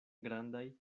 grandaj